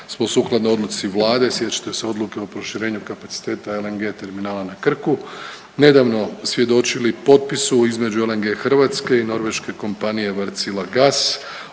smo sukladno odluci Vlade, sjećate se odluke o proširenju kapaciteta LNG terminala na Krku, nedavno svjedočili potpisu između LNG Hrvatske i norveške kompanije Wartsila gas